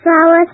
Flowers